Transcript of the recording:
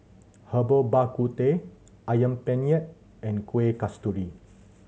Herbal Bak Ku Teh Ayam Penyet and Kueh Kasturi